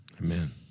Amen